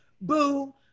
boo